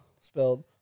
spelled